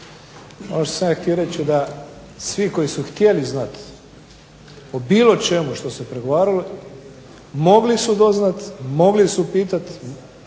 što sam ja htio reći svi koji su htjeli znati o bilo čemu što se pregovaralo mogli su doznati, mogli su pitati,